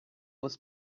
was